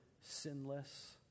sinless